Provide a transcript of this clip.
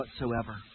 whatsoever